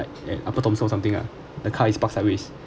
upper or something lah the car is parked sideways